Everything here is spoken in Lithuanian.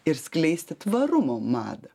ir skleisti tvarumo madą